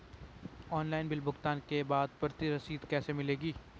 Online bill भुगतान के बाद प्रति रसीद कैसे मिलेगी?